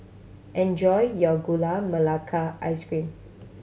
enjoy your Gula Melaka Ice Cream